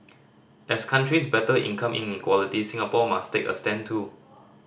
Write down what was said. as countries battle income inequality Singapore must take a stand too